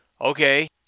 Okay